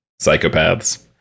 psychopaths